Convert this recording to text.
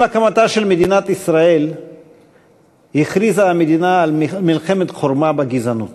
עם הקמתה של מדינת ישראל הכריזה המדינה על מלחמת חורמה בגזענות.